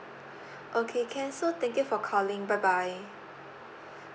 okay can so thank you for calling bye bye